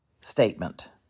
statement